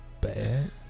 bad